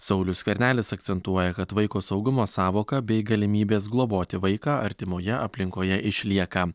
saulius skvernelis akcentuoja kad vaiko saugumo sąvoka bei galimybės globoti vaiką artimoje aplinkoje išlieka